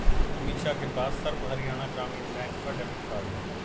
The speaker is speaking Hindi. अमीषा के पास सर्व हरियाणा ग्रामीण बैंक का डेबिट कार्ड है